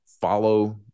follow